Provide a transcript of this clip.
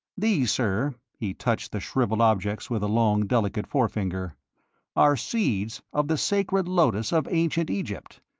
these, sir, he touched the shrivelled objects with a long, delicate forefinger are seeds of the sacred lotus of ancient egypt.